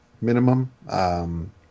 minimum